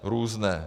Různé.